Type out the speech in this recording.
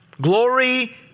Glory